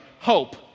hope